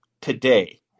today